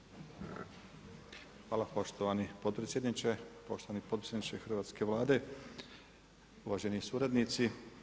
Hvala poštovani potpredsjedniče, poštovani potpredsjedniče hrvatske Vlade, uvaženi suradnici.